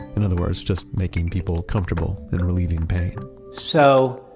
in other words, just making people comfortable than relieving pain so,